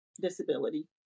disability